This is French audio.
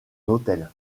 hôtel